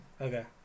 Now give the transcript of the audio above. Okay